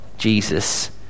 Jesus